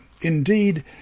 Indeed